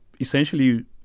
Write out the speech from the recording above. essentially